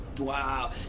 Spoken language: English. Wow